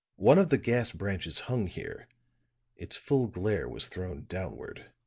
one of the gas branches hung here its full glare was thrown downward.